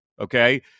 okay